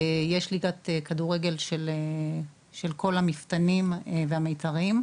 יש ליגת כדורגל של כל המפתנים והמיתרים.